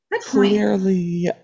Clearly